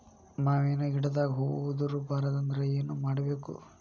ಮಾವಿನ ಗಿಡದಾಗ ಹೂವು ಉದುರು ಬಾರದಂದ್ರ ಏನು ಮಾಡಬೇಕು?